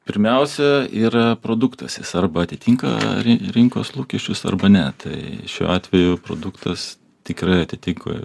pirmiausia yra produktas jis arba atitinka ri rinkos lūkesčius arba ne tai šiuo atveju produktas tikrai atitiko